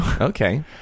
Okay